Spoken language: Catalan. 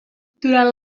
durant